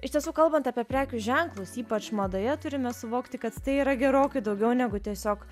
iš tiesų kalbant apie prekių ženklus ypač madoje turime suvokti kad tai yra gerokai daugiau negu tiesiog